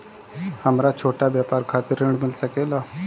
हमरा छोटा व्यापार खातिर ऋण मिल सके ला?